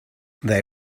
they